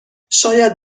شاید